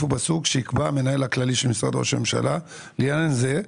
ובסוג שיקבע המנהל הכללי של משרד ראש הממשלה לעניין זה,